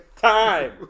time